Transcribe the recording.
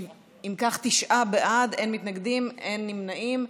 אם כך, תשעה בעד, אין מתנגדים, אין נמנעים.